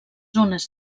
zones